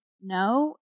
no